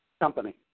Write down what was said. company